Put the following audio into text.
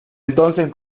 entonces